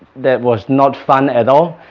that was not fun at all